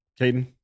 Caden